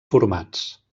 formats